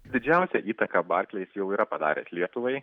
didžiausią įtaką barkleis jau yra padaręs lietuvai